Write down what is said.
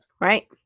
Right